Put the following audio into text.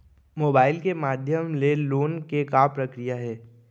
Mobile के माधयम ले लोन के का प्रक्रिया हे?